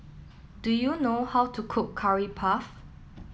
do you know how to cook Curry Puff